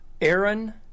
Aaron